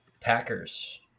Packers